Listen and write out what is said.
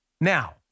Now